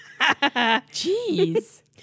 Jeez